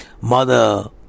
Mother